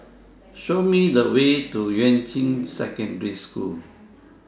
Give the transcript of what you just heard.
Show Me The Way to Yuan Ching Secondary School